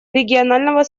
регионального